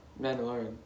Mandalorian